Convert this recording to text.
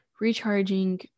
recharging